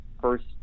first